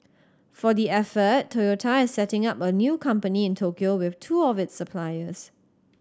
for the effort Toyota is setting up a new company in Tokyo with two of its suppliers